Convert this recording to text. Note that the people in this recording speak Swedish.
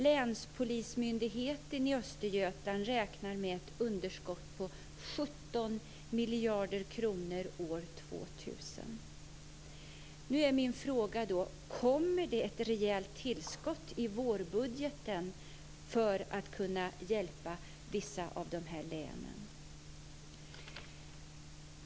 Länspolismyndigheten i Östergötland räknar med ett underskott på Då är min fråga: Kommer det ett rejält tillskott i vårbudgeten för att kunna hjälpa vissa av dessa län?